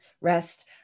rest